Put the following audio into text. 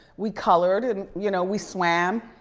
we colored and, you know, we swam,